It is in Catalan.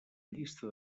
llista